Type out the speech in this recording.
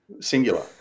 singular